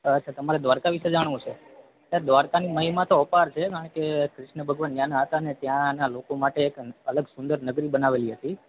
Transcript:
અચ્છા તમારે દ્વારકા વિશે જાણવું છે સાહેબ દ્વારકાની મહિમા તો અપાર છે કારણ કે કૃષ્ણ ભગવાન ત્યાંના હતા અને ત્યાં એના લોકો માટે એક અલગ સુંદર નગરી બનાવેલી હતી